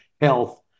health